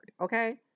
okay